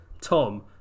tom